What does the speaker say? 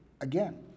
Again